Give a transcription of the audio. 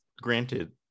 granted